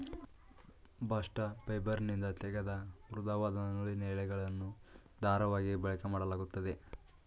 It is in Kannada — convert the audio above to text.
ಬಾಸ್ಟ ಫೈಬರ್ನಿಂದ ತೆಗೆದ ಮೃದುವಾದ ನೂಲಿನ ಎಳೆಗಳನ್ನು ದಾರವಾಗಿ ಬಳಕೆಮಾಡಲಾಗುತ್ತದೆ